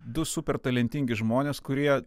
du super talentingi žmonės kurie